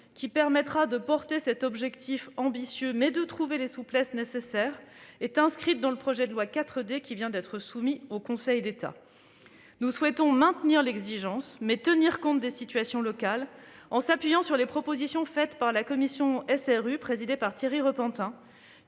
qui permettra de porter cet objectif ambitieux tout en trouvant les souplesses nécessaires, est inscrite dans le projet de loi dit « 4D » qui vient d'être soumis au Conseil d'État. Nous souhaitons maintenir l'exigence mais tenir compte des situations locales, en nous appuyant sur les propositions faites par la commission SRU présidée par Thierry Repentin